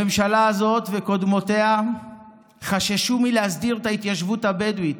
הממשלה הזאת וקודמותיה חששו מלהסדיר את ההתיישבות הבדואית.